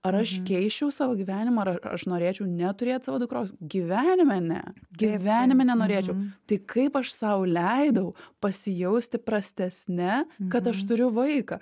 ar aš keisčiau savo gyvenimą ar aš norėčiau neturėt savo dukros gyvenime ne gyvenime nenorėčiau tai kaip aš sau leidau pasijausti prastesne kad aš turiu vaiką